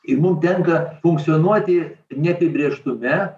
ir mum tenka funkcionuoti neapibrėžtume